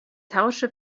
tausche